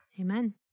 Amen